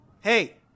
Hey